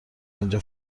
اینجا